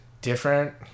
different